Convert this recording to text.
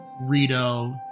Rito